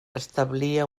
establia